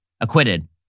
acquitted